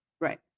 Right